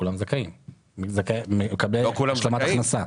כולם זכאים בקרב מקבלי השלמת הכנסה.